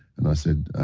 and i said,